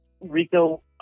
Rico